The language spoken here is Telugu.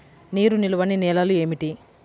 నీరు నిలువని నేలలు ఏమిటి?